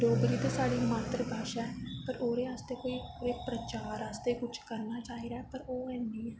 डोगरी ते साढ़ी मात्तरभाशा ऐ ते ओह्दे आस्तै कोई प्रचार आस्तै कुछ करना चाहिदा पर ओह् ऐ निं ऐ